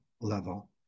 level